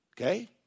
Okay